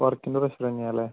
വർക്കിൻറ്റെ pressure തന്നെയാണല്ലേ